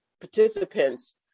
participants